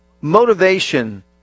motivation